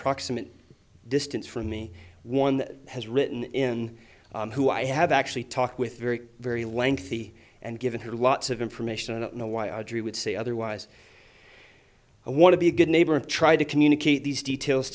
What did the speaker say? proximate distance from me one has written in who i have actually talked with very very lengthy and given her lots of information i don't know why audrey would say otherwise i want to be a good neighbor try to communicate these details